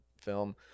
film